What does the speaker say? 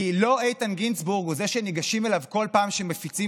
כי לא איתן גינזבורג הוא שניגשים אליו כל פעם שמפיצים